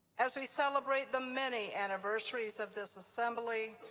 as we celebrate the many anniversaries of this assembly,